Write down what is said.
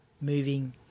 moving